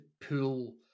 pull